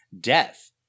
death